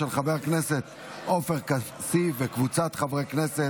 של חבר הכנסת עופר כסיף וקבוצת חברי הכנסת.